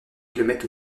kilomètres